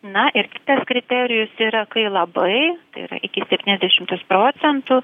na ir kitas kriterijus yra kai labai tai yra iki septyniasdešimties procentų